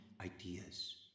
ideas